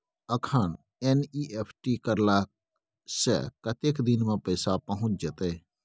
अखन एन.ई.एफ.टी करला से कतेक दिन में पैसा पहुँच जेतै?